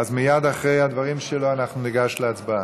אז מייד אחרי הדברים שלו אנחנו ניגש להצבעה.